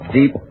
Deep